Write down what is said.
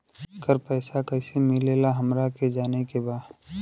येकर पैसा कैसे मिलेला हमरा के जाने के बा?